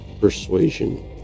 persuasion